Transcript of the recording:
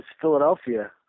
Philadelphia